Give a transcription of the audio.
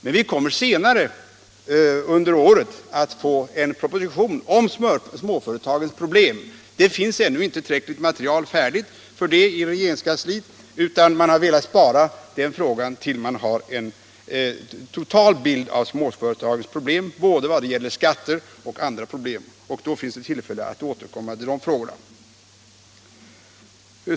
Men vi kommer senare under året att få en proposition om småföretagens problem. Det finns ännu inte tillräckligt material färdigt i regeringskansliet, varför man velat spara frågan tills man fått en total bild av småföretagens problem både i vad gäller skatter och annat. Det finns alltså tillfälle att senare återkomma till dessa frågor.